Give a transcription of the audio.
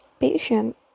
patient